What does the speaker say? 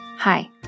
Hi